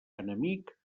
enemic